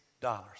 dollars